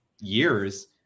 years